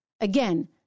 Again